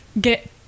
get